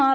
R